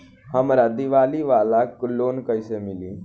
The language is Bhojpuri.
हमरा दीवाली वाला लोन कईसे मिली?